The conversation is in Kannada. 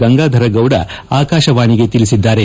ಗಂಗಾಧರಗೌಡ ಆಕಾಶವಾಣಿಗೆ ತಿಳಿಸಿದ್ದಾರೆ